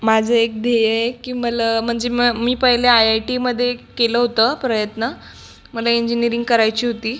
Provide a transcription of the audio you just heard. माझं एक ध्येय आहे की मला म्हणजे म मी पहिले आय आय टीमध्ये केलं होतं प्रयत्न मला इंजिनिअरिंग करायची होती